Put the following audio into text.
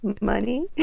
money